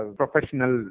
professional